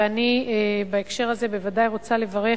ואני בהקשר הזה ודאי רוצה לברך